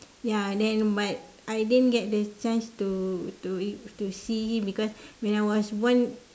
ya then but I didn't get the chance to to ev~ to see him because when I was born